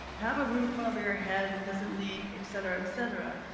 have a roof over your head. it doesn't leak, et cetera, et cetera.